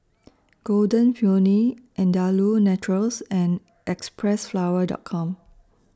Golden Peony Andalou Naturals and Xpressflower Dot Com